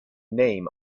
name